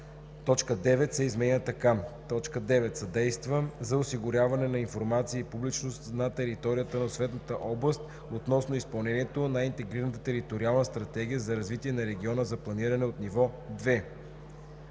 Точка 9 се изменя така: „9. съдейства за осигуряване на информация и публичност на територията на съответната област относно изпълнението на интегрираната териториална стратегия за развитие на региона за планиране от ниво